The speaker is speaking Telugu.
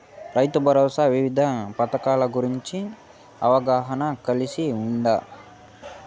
రైతుభరోసా వివిధ పథకాల గురించి అవగాహన కలిగి వుండారా?